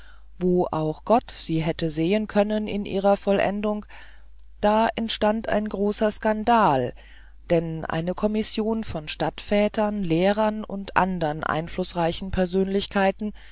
wo auch gott sie hätte sehen können in ihrer vollendung da entstand ein großer skandal denn eine kommission von stadtvätern lehrern und anderen einflußreichen persönlichkeiten